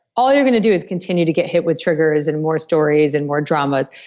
all you're going to do is continue to get hit with triggers, and more stories, and more dramas.